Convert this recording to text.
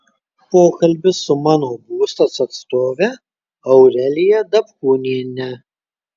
pokalbis su mano būstas atstove aurelija dapkūniene